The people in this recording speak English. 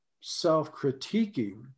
self-critiquing